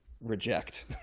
reject